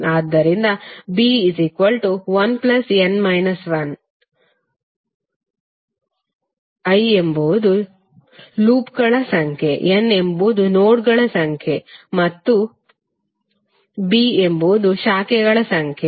ಆದ್ದರಿಂದ b ln 1 l ಎಂಬುದು ಲೂಪ್ಗಳ ಸಂಖ್ಯೆ n ಎಂಬುದು ನೋಡ್ಗಳ ಸಂಖ್ಯೆ ಮತ್ತು b ಎಂಬುದು ಶಾಖೆಗಳ ಸಂಖ್ಯೆ